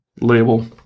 label